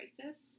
crisis